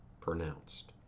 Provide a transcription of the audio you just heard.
pronounced